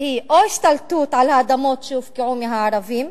היא או השתלטות על האדמות שהופקעו מהערבים